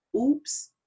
oops